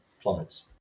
plummets